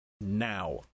now